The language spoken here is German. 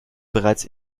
bereits